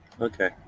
Okay